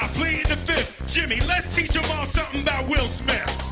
the fifth jimmy, let's teach em all something about will smith